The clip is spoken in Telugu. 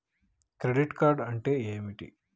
క్రెడిట్ కార్డ్ అంటే ఏమిటి?